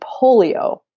polio